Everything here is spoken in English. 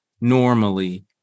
normally